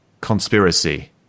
conspiracy